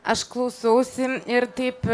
aš klausausi ir taip